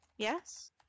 Yes